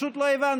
פשוט לא הבנתי.